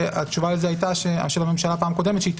והתשובה של הממשלה בפעם הקודמת היתה שהיא